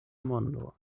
mondo